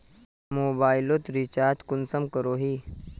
Mobile लोत recharge कुंसम करोही?